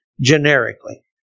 generically